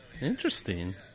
interesting